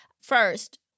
first